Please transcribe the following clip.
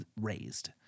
raised